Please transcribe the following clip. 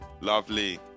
Lovely